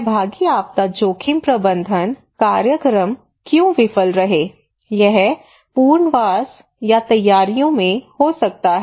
सहभागी आपदा जोखिम प्रबंधन कार्यक्रम क्यों विफल रहे यह पुनर्वास या तैयारियों में हो सकता है